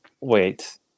Wait